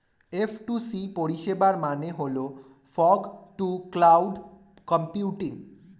F two C পরিষেবার মানে হল ফগ টু ক্লাউড কম্পিউটিং